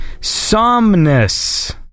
Somnus